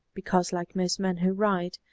because, like most men who write,